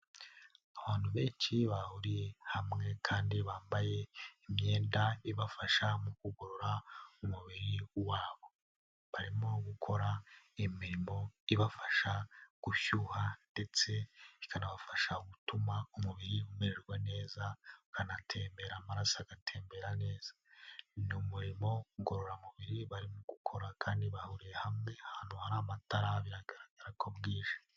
Abantu benshi bahuriye hamwe kandi bambaye imyenda ibafasha mu kugorora umubiri wabo, barimo gukora imirimo ibafasha gushyuha ndetse ikanabafasha gutuma umubiri umererwa neza ukanatembera, amaraso agatembera neza, ni umurimo ngororamubiri barimo gukora kandi bahuriye hamwe ahantu hari amatara biragaragara ko bwije.